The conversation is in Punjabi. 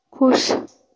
ਖੁਸ਼